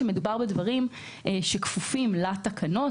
מדובר בדברים שכפופים לתקנות,